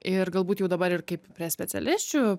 ir galbūt jau dabar ir kaip prie specialisčių